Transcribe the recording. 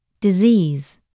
Disease